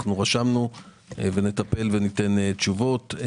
רשמנו ונטפל וניתן תשובות.